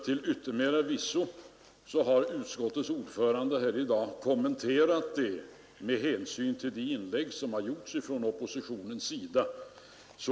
Till yttermera visso har utskottets ordförande här kommenterat betänkandet med hänsyn till de inlägg som gjorts från oppositionens sida.